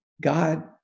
God